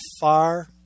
far